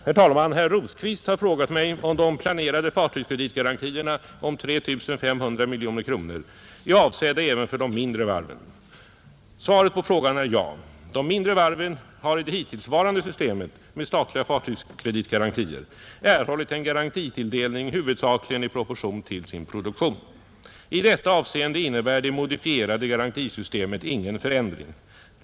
Herr talman! Herr Rosqvist har frågat mig, huruvida de planerade fartygskreditgarantierna om 3 500 miljoner kronor är avsedda även för de mindre varven. Svaret på frågan är ja. De mindre varven har i det hittillsvarande systemet med statliga fartygskreditgarantier erhållit en garantitilldelning huvudsakligen i proportion till sin produktion. I detta avseende innebär det modifierade garantisystemet ingen förändring.